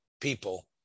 people